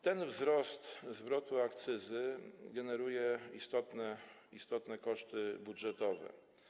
Ten wzrost zwrotu akcyzy generuje istotne koszty budżetowe.